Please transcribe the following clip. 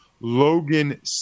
Logan